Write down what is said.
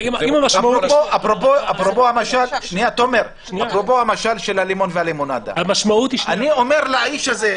אפרופו המשל של הלימון והלימונדה אני אומר לאיש הזה,